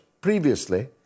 previously